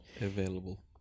available